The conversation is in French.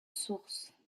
sources